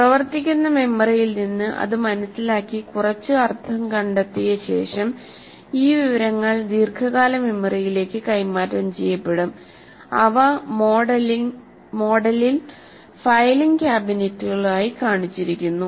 പ്രവർത്തിക്കുന്ന മെമ്മറിയിൽ നിന്ന് അത് മനസിലാക്കി കുറച്ച് അർത്ഥം കണ്ടെത്തിയ ശേഷം ഈ വിവരങ്ങൾ ദീർഘകാല മെമ്മറിയിലേക്ക് കൈമാറ്റം ചെയ്യപ്പെടും അവ മോഡലിൽ ഫയലിംഗ് ക്യാബിനറ്റുകളായി കാണിച്ചിരിക്കുന്നു